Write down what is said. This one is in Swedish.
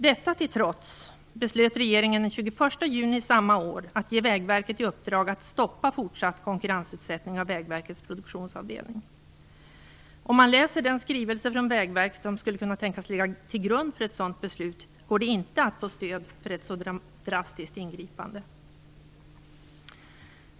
Detta till trots beslöt regeringen den 21 juni samma år att ge Vägverket i uppdrag att stoppa fortsatt konkurrensutsättning av Vägverkets produktionsavdelning. Om man läser den skrivelse från Vägverket som skulle kunna tänkas ligga till grund för ett sådant beslut går det inte att få stöd för ett så drastiskt ingripande.